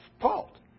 fault